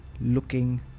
looking